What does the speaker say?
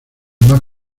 más